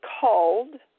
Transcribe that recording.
called